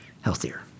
healthier